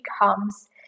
becomes